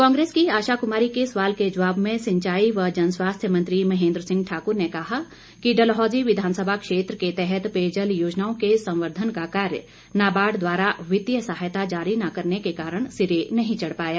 कांग्रेस की आशा कुमारी के सवाल के जवाब में सिंचाई व जनस्वास्थ्य मंत्री महेंद्र सिंह ठाकुर ने कहा कि डलहौजी विधानसभा क्षेत्र के तहत पेयजल योजनाओं के संवर्धन का कार्य नाबार्ड द्वारा वित्तीय सहायता जारी न करने के कारण सिरे नहीं चढ़ पाया